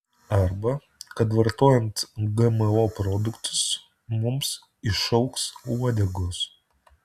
arba kad vartojant gmo produktus mums išaugs uodegos